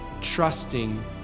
trusting